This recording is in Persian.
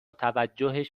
توجهش